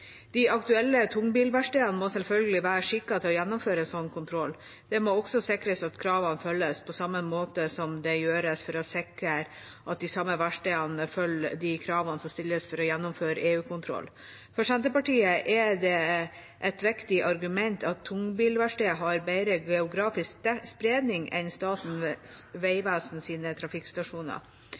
De aktuelle tungbilverkstedene må selvfølgelig være skikket til å gjennomføre en slik kontroll. Det må også sikres at kravene følges, på samme måte som det gjøres for å sikre at de samme verkstedene følger de kravene som stilles for å gjennomføre EU-kontroll. For Senterpartiet er det et viktig argument at tungbilverksteder har bedre geografisk spredning enn Statens vegvesens trafikkstasjoner. Det betyr at ved